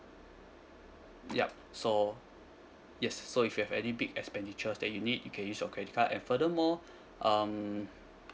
yup so yes so if you have any big expenditures that you need you can use your credit card and furthermore um